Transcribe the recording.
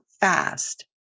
fast